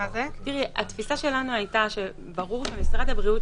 התפיסה שלנו הייתה שברור שמשרד הבריאות,